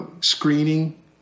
screening